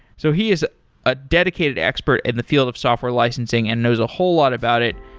so he is a dedicated expert in the field of software licensing and knows a whole lot about it.